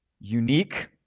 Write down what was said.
unique